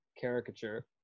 caricature